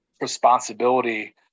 responsibility